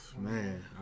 Man